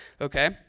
okay